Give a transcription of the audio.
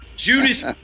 Judas